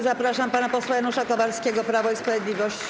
Zapraszam pana posła Janusza Kowalskiego, Prawo i Sprawiedliwość.